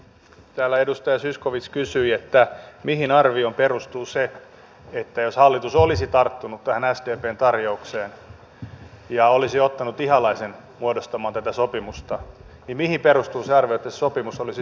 täällä edustaja zyskowicz kysyi mihin perustuu se arvio että jos hallitus olisi tarttunut tähän sdpn tarjoukseen ja olisi ottanut ihalaisen muodostamaan tätä sopimusta niin se sopimus olisi syntynyt